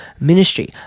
ministry